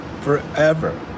forever